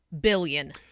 billion